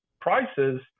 prices